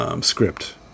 script